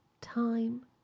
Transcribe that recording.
time